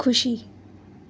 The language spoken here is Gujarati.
ખુશી